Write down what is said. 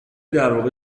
درواقع